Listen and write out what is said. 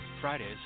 Fridays